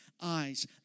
eyes